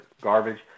garbage